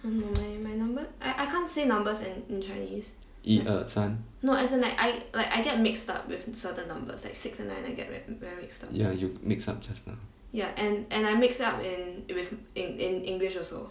一二三 ya you mix up just now